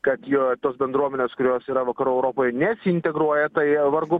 kad jo tos bendruomenės kurios yra vakarų europoj nesiintegruoja tai vargu